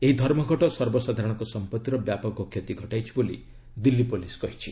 ଏହି ଧର୍ମଘଟ ସର୍ବସାଧାରଣଙ୍କ ସମ୍ପତ୍ତିର ବ୍ୟାପକ କ୍ଷତି ଘଟାଇଛି ବୋଲି ଦିଲ୍ଲୀ ପୁଲିସ୍ କହିଛି